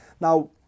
Now